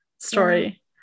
story